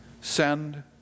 Send